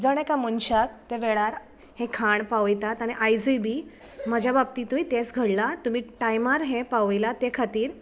जण एका मनशाक ते वेळार हे खाण पावयतात आनी आयजूय बी म्हज्या बाबतींतूय तेंच घडलां तुमी टायमार हें पावयलां ते खातीर